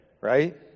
Right